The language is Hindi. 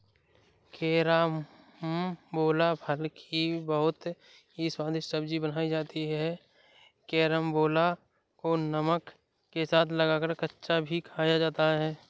कैरामबोला फल की बहुत ही स्वादिष्ट सब्जी बनाई जाती है कैरमबोला को नमक के साथ लगाकर कच्चा भी खाया जाता है